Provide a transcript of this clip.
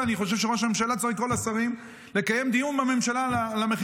אני חושב שראש הממשלה צריך לקרוא לשרים ולקיים דיון בממשלה על המחירים